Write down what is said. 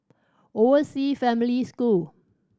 Overseas Family School